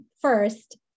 First